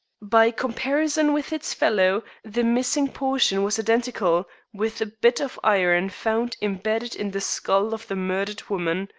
by comparison with its fellow the missing portion was identical with the bit of iron found imbedded in the skull of the murdered woman.